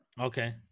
Okay